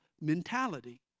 mentality